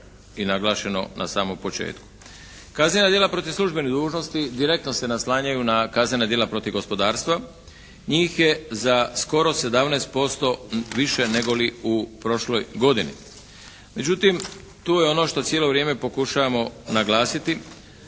i naglašeno na samom početku. Kaznena djela protiv službene dužnosti direktno se naslanjanju na kaznena djela protiv gospodarstva. Njih je za skoro 17% više nego li u prošloj godini. Međutim tu je ono što cijelo vrijeme pokušavamo naglasiti.